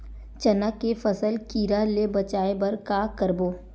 चना के फसल कीरा ले बचाय बर का करबो?